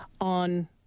on